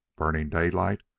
burning daylight,